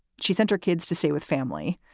she sent her kids to stay with family.